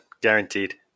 Guaranteed